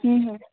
हूँ हूँ